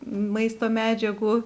maisto medžiagų